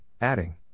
adding